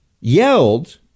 yelled